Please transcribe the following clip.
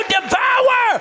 devour